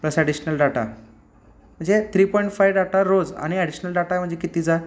plus additional data म्हणजे three point five data रोज आणि ॲडिशनल डाटा म्हणजे कितीचा